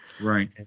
Right